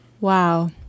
Wow